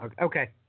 Okay